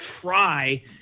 try